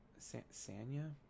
sanya